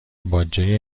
باجه